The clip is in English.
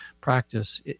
practice